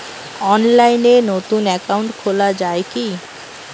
অনলাইনে নতুন একাউন্ট খোলা য়ায় কি?